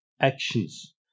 actions